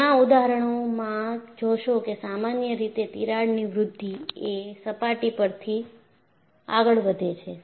ઘણા ઉદાહરણોમાં જોશો કે સામાન્ય રીતે તિરાડની વૃદ્ધિ એ સપાટી પરથી આગળ વધે છે